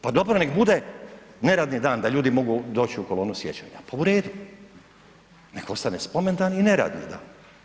Pa dobro neka bude neradni dan da ljudi mogu doći u kolonu sjećanja, pa u redu, neka ostane spomendan i neradni dan.